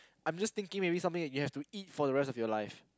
I'm just thinking maybe something that you have to eat for the rest of your life